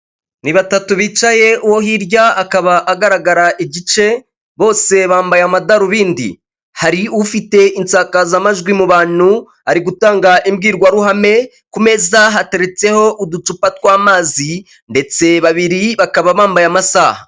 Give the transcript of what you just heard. Ni batatu bicaye, uwo hirya akaba agaragara igice, bose bambaye amadarubindi. Hari ufite insakazamajwi mu bantu, ari gutanga imbwirwaruhame, ku meza hateretseho uducupa tw'amazi, ndetse babiri bakaba bambaye amasaha.